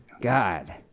God